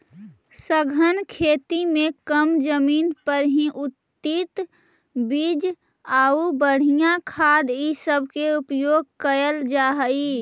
सघन खेती में कम जमीन पर ही उन्नत बीज आउ बढ़ियाँ खाद ई सब के उपयोग कयल जा हई